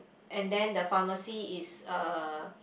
and then the pharmacy is uh